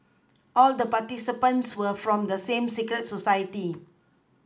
all the participants were from the same secret society